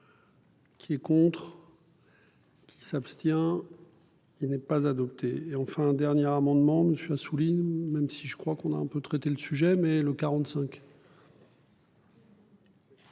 Qui est contre. S'abstient. Il n'est pas adopté et enfin dernier amendement monsieur Assouline. Même si je crois qu'on a un peu traité le sujet mais le 45. Cet